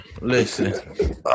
Listen